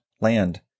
land